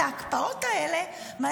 להצביע על ההקפאות האלה.